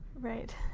right